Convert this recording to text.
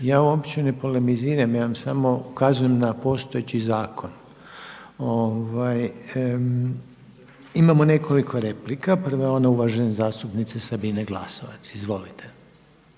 Ja uopće ne polemiziram, ja vam samo ukazujem na postojeći zakon. Imamo nekoliko replika, prva je ona uvažene zastupnice Sabine Glasovac. Izvolite.